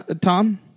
Tom